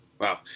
Wow